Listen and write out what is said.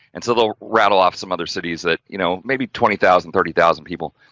and so, they'll rattle off some other cities that, you know, maybe twenty thousand thirty thousand people,